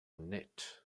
knit